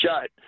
shut